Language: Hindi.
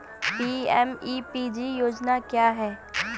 पी.एम.ई.पी.जी योजना क्या है?